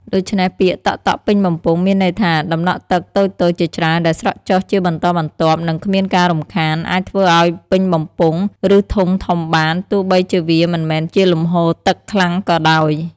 ដូច្នេះពាក្យ តក់ៗពេញបំពង់ មានន័យថា ដំណក់ទឹកតូចៗជាច្រើនដែលស្រក់ចុះជាបន្តបន្ទាប់ និងគ្មានការរំខាន អាចធ្វើឱ្យពេញបំពង់ ឬធុងធំបាន ទោះបីជាវាមិនមែនជាលំហូរទឹកខ្លាំងក៏ដោយ។